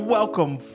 Welcome